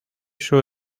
show